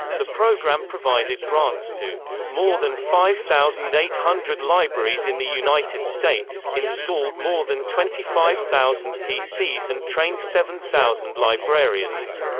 the program provided grants to more than five thousand eight hundred libraries in the united states, installed more than twenty five thousand pcs and trained seven thousand librarians.